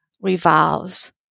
revolves